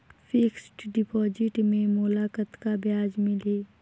Fixed deposit मे मोला कतका ब्याज मिलही?